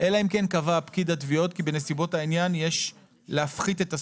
אלא אם כן קבע פקיד התביעות כי בנסיבות העניין יש להפחית את הסכום.